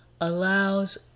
allows